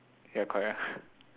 ya correct ah